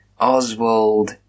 Oswald